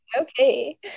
okay